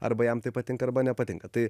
arba jam tai patinka arba nepatinka tai